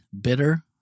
bitter